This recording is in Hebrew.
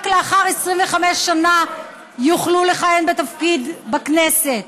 רק לאחר 25 שנה יוכלו לכהן בתפקיד בכנסת,